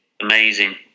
amazing